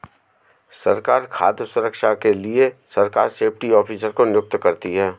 सरकार खाद्य सुरक्षा के लिए सरकार सेफ्टी ऑफिसर को नियुक्त करती है